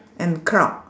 and cloud